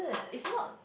is not